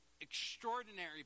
extraordinary